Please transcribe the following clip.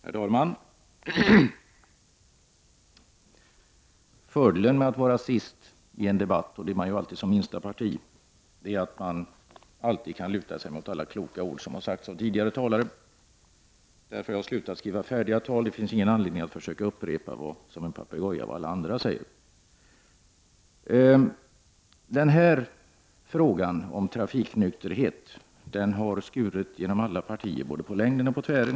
Herr talman! Fördelen med att vara sist i en debatt, och det är man ju alltid när man tillhör det minsta partiet, är att man alltid kan luta sig mot alla kloka ord som tidigare talare har yttrat. Därför har jag slutat att skriva färdiga tal. Det finns ingen anledning att som en papegoja försöka upprepa vad alla andra har sagt. Frågan om trafiknykterhet har skurit igenom alla partier både på längden och på tvären.